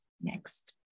next